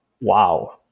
wow